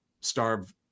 starve